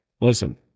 Listen